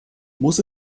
muss